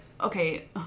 okay